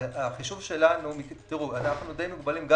החישוב שלנו אנחנו די מוגבלים,